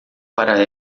para